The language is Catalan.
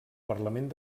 parlament